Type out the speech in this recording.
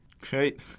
Great